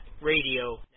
radio